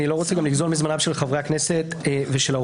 אני לא רוצה לגזול מזמנם של חברי הכנסת והאורחים.